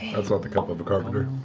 that's not the cup of a carpenter.